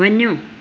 वञो